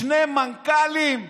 שני מנכ"לים?